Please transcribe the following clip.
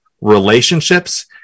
relationships